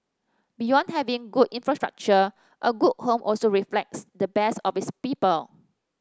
beyond having good infrastructure a good home also reflects the best of its people